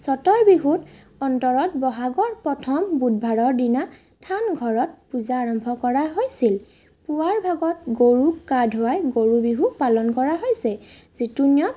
চ'তৰ বিহুৰ অন্তৰত বহাগৰ প্ৰথম বুধবাৰৰ দিনা থান ঘৰত পূজা আৰম্ভ কৰা হৈছিল পুৱাৰ ভাগত গৰুক গা ধোৱাই গৰু বিহু পালন কৰা হৈছে যিটো নিয়ম